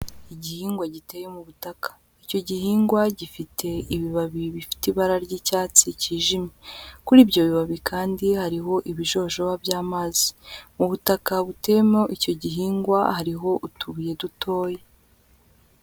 Igihingwa giteye mu butaka, icyo gihingwa gifite ibibabi bifite ibara ry'icyatsi cyijimye, kuri ibyo bibabi kandi hariho ibijojoba by'amazi, mu butaka buteyemo icyo gihingwa hariho utubuye dutoya.